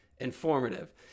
informative